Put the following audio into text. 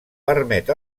permet